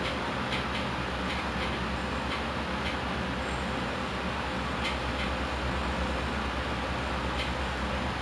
uh kita tak dapat pergi jalan raya kan then kita tak dapat jumpa most of them so we really haven't seen them like one year plus gitu